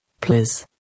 please